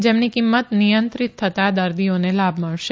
જેમની કિંમત નિયંત્રિત થતાં દર્દીઓને લાભ મળશે